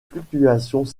fluctuations